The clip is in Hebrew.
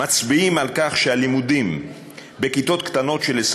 מצביעים על כך שהלימודים בכיתות קטנות של 20